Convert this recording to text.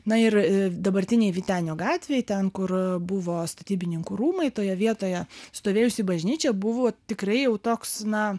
na ir dabartinėj vytenio gatvėje ten kur buvo statybininkų rūmai toje vietoje stovėjusi bažnyčia buvo tikrai jau toks na